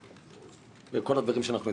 חוקי וכל הדברים שאנחנו דיברנו.